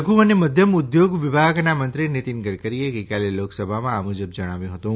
લધુ અને મધ્યમ ઉદ્યોગ વિભાગનાં મંત્રી નીતીન ગડકરીએ ગઈકાલે લોકસભામાં આ મુજબ જણાવ્યું હતું